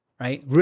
right